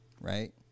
Right